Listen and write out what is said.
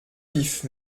vif